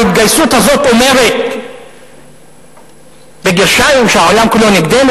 ההתגייסות הזאת אומרת ש"העולם כולו נגדנו",